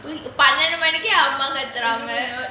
பண்ணி ரெண்டு மணிக்கு அம்மா கத்துறாங்க:panni rendu manikku amma kathuraanga